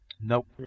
Nope